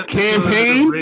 campaign